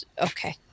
Okay